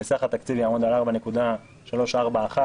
וסך התקציב יעמוד על 4.341 מיליארד שקלים.